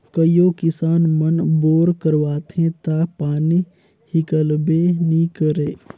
कइयो किसान मन बोर करवाथे ता पानी हिकलबे नी करे